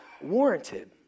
warranted